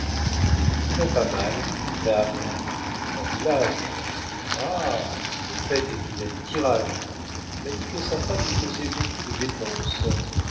il ne va pas mal dame un roulage ah le fait est qu'il a du tirage on m'a dit que sa femme lui causait beaucoup de dépenses